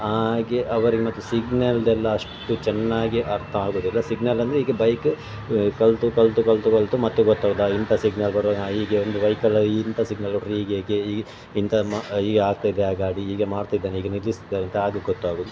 ಹಾಗೆ ಅವರಿಗೆ ಮತ್ತು ಸಿಗ್ನಲಿಂದೆಲ್ಲ ಅಷ್ಟು ಚೆನ್ನಾಗಿ ಅರ್ಥ ಆಗುವುದಿಲ್ಲ ಸಿಗ್ನಲ್ ಅಂದರೆ ಈಗ ಬೈಕ್ ಕಲಿತು ಕಲಿತು ಕಲಿತು ಕಲಿತು ಮತ್ತೆ ಗೊತ್ತಾಗುವುದು ಹಾಂ ಇಂಥ ಸಿಗ್ನಲ್ ಬರುವಾಗ ಹಾಂ ಹೀಗೆ ಒಂದು ವೆಹಿಕಲ್ ಇಂಥಾ ಸಿಗ್ನಲ್ ಕೊಟ್ಟರೆ ಹೀಗೇಕೆ ಈ ಇಂಥದ್ದು ಮಾ ಹೀಗೆ ಆಗ್ತಾಯಿದೆ ಆ ಗಾಡಿ ಹೀಗೆ ಮಾಡ್ತಿದ್ದಾನೆ ಈಗ ನಿಲ್ಲಿಸ್ತಿದ್ದಾನೆ ಅಂತ ಆಗ ಗೊತ್ತಾಗುವುದು